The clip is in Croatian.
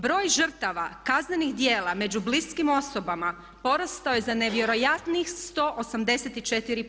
Broj žrtava kaznenih djela među bliskim osobama porastao je za nevjerojatnih 184%